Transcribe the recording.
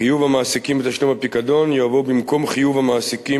חיוב המעסיקים לתשלום הפיקדון יבוא במקום חיוב המעסיקים